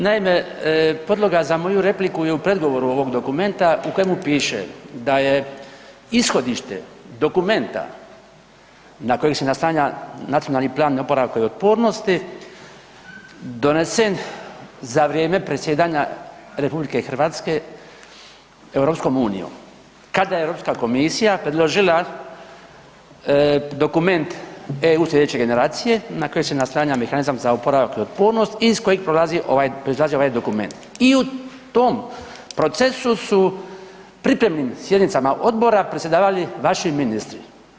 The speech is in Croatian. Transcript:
Naime, podloga za moju repliku je u predgovoru ovog dokumenta u kojemu piše da je ishodište dokumenta na koji se naslanja Nacionalni plan oporavka i otpornosti donesen za vrijeme predsjedanja RH EU kada je Europska komisija predložila dokument „EU sljedeće generacije“ na koji se naslanja Mehanizam za oporavak i otpornost i iz kojeg proizlazi ovaj dokument i u tom procesu su pripremnim sjednicama odbora predsjedavali vaši ministri.